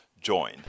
Join